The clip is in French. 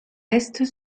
est